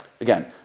Again